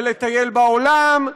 ולטייל בעולם,